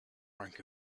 rank